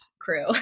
crew